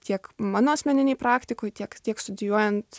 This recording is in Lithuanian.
tiek mano asmeninėj praktikoj tiek tiek studijuojant